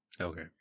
Okay